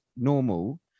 normal